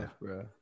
bro